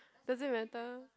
does it matter